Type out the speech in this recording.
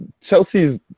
Chelsea's